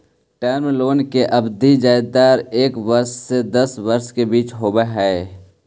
term loan के अवधि जादेतर एक वर्ष से दस वर्ष के बीच होवऽ हई